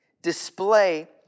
display